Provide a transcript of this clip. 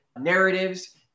narratives